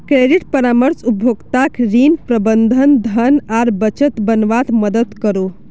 credit परामर्श उपभोक्ताक ऋण, प्रबंधन, धन आर बजट बनवात मदद करोह